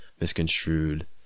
misconstrued